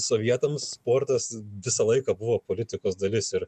sovietams sportas visą laiką buvo politikos dalis ir